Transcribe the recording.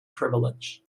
privilege